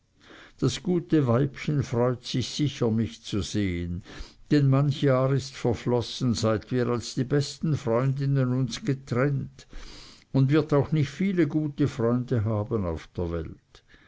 das gute weibchen freut sich sicher mich zu sehen denn manch jahr ist verflossen seit wir als die besten freundinnen uns getrennt und wird auch nicht viele gute freunde haben auf der welt